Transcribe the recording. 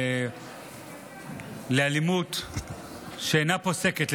לאלימות שאינה פוסקת,